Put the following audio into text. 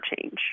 change